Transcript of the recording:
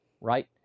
right